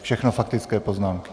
Všechno faktické poznámky.